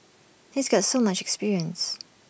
he's got so much experience